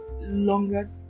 longer